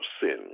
sin